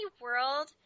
World